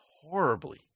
horribly